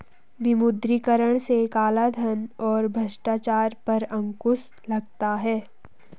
विमुद्रीकरण से कालाधन और भ्रष्टाचार पर अंकुश लगता हैं